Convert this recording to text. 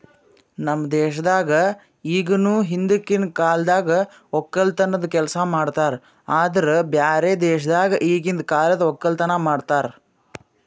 ನಮ್ ದೇಶದಾಗ್ ಇಗನು ಹಿಂದಕಿನ ಕಾಲದ್ ಒಕ್ಕಲತನದ್ ಕೆಲಸ ಮಾಡ್ತಾರ್ ಆದುರ್ ಬ್ಯಾರೆ ದೇಶದಾಗ್ ಈಗಿಂದ್ ಕಾಲದ್ ಒಕ್ಕಲತನ ಮಾಡ್ತಾರ್